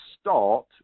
start